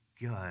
good